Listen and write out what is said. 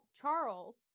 Charles